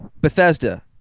Bethesda